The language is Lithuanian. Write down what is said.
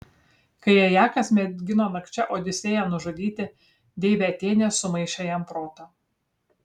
kai ajakas mėgino nakčia odisėją nužudyti deivė atėnė sumaišė jam protą